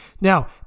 Now